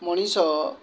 ମଣିଷ